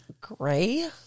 gray